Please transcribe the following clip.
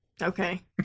Okay